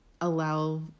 allow